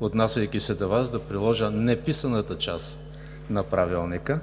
отнасяйки се до Вас, да приложа неписаната част на Правилника.